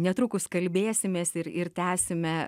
netrukus kalbėsimės ir ir tęsime